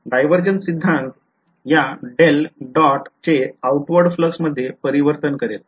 Divergence सिद्धांत या del dot चे outward flux मध्ये परिवर्तन करेल